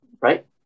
Right